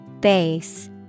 Base